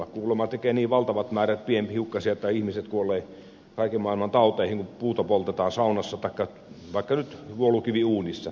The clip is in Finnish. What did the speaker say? se kuulemma tekee niin valtavat määrät pienhiukkasia että ihmiset kuolevat kaiken maailman tauteihin kun puuta poltetaan saunassa tai vaikka nyt vuolukiviuunissa